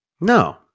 No